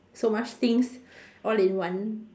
so much things all in one